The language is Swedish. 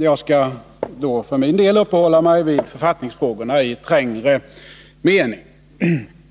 Jag skall för min del uppehålla mig vid författningsfrågorna i trängre mening.